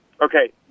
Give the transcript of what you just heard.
Okay